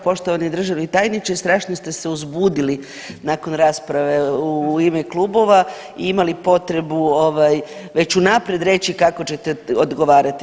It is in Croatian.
Poštovani državni tajniče strašno ste se uzbudili nakon rasprave u ime klubova i imali potrebu ovaj već unaprijed reći kao ćete odgovarati.